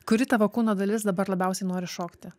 kuri tavo kūno dalis dabar labiausiai nori šokti